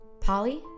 Polly